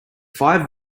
five